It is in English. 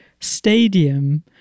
stadium